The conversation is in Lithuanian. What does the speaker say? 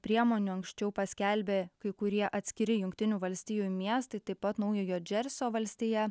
priemonių anksčiau paskelbė kai kurie atskiri jungtinių valstijų miestai taip pat naujojo džersio valstija